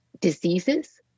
diseases